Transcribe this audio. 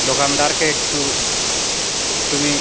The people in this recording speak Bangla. দোকানদারকে একটু তুমি